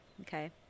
okay